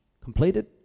Completed